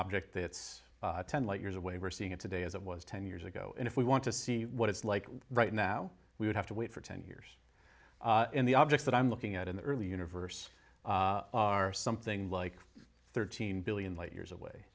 object that's ten light years away we're seeing it today as it was ten years ago and if we want to see what it's like right now we would have to wait for ten years in the objects that i'm looking at in the early universe are something like thirteen billion light years away